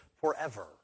forever